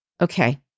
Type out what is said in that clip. okay